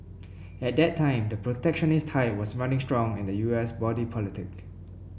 at that time the protectionist tide was running strong in the U S body politic